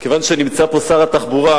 כיוון שנמצא פה שר התחבורה,